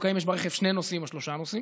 אם יש ברכב שני נוסעים או שלושה נוסעים.